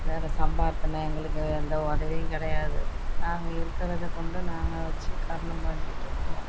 வேறு சம்பார்த்தனை எங்களுக்கு எந்த உதவியும் கிடையாது நாங்கள் இருக்கிறத கொண்டு நாங்கள் வச்சு கர்ணம் பாஞ்சுக்கிட்டு இருக்கிறோம்